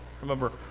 remember